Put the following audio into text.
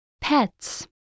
Pets